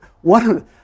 One